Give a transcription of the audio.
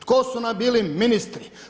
Tko su nam bili ministri?